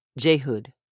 Jehud